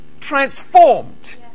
transformed